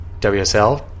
WSL